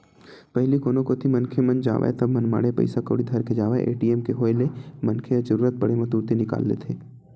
पहिली कोनो कोती मनखे मन जावय ता मनमाड़े पइसा कउड़ी धर के जावय ए.टी.एम के होय ले मनखे ह जरुरत पड़े म तुरते निकाल लेथे